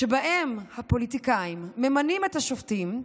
שבהן הפוליטיקאים ממנים את השופטים,